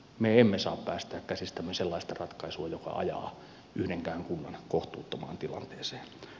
me emme saa päästää käsistämme sellaista ratkaisua joka ajaa yhdenkään kunnan kohtuuttomaan tilanteeseen